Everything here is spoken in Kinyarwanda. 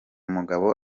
mugabo